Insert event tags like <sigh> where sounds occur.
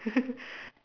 <laughs>